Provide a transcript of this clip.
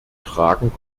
tragen